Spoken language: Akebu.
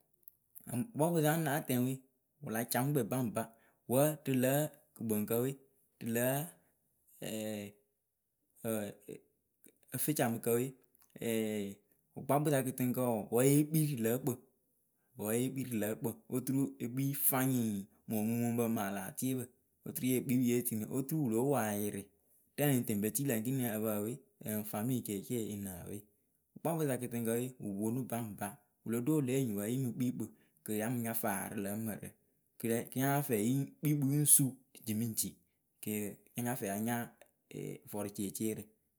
wʊkpakpǝ nya na tɛŋ we wɨ la ca mɨ kpɛ baŋba wǝ rɨlǝ kɨkpɨŋkǝ we pɨlǝ ǝfǝcamɨkǝ we wɨkpakpǝ sa kɨtɨŋkǝ wɔɔ wǝ yee kpii lǝǝkpɨŋ wǝ yee kpii rɨ lǝǝkpɩŋ oturu ekpi fayɩŋ momumuŋbǝ malatiepǝ oturu yee kpikpɨ ye tini oturu wɨ lóo poayɩri rɛŋ lɨŋ tɨŋ be tilǝ we ekeniŋ ǝpǝwe ŋ fami ceecee ŋ lǝǝwe. wɨkpakpǝ sa kɨtɨŋkǝ we wɨ ponu baŋba wɨlo ɖo le enyipǝ yemɨ kpikpɨ kɨ yamɨ nya faa rɨ lǝ mǝrǝ kɨ ya nyafɛ yeŋ kpikpǝ yɨŋ suu jiriŋji. Kǝ ya nyafɛ ya nya ee vɔrʊceeceerǝ.